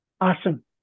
Awesome